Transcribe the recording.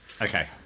Okay